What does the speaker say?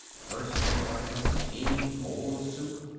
first they brought him a steaming bowl of soup,